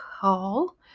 call